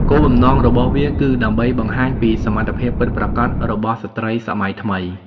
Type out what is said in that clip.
គោលបំណងរបស់វាគឺដើម្បីបង្ហាញពីសមត្ថភាពពិតប្រាកដរបស់ស្ត្រីសម័យថ្មី។